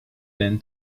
been